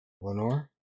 Lenore